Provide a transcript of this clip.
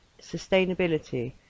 sustainability